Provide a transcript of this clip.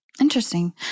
Interesting